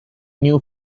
new